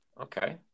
Okay